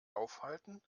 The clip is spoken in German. aufhalten